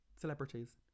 celebrities